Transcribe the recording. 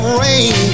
rain